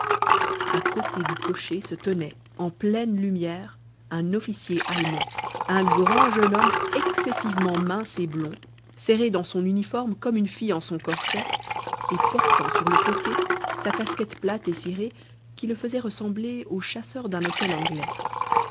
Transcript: a côté du cocher se tenait en pleine lumière un officier allemand un grand jeune homme excessivement mince et blond serré dans son uniforme comme une fille en son corset et portant sur le côté sa casquette plate et cirée qui le faisait ressembler au chasseur d'un hôtel anglais